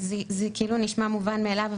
זה כאילו נשמע מובן מאליו,